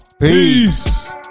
peace